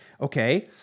okay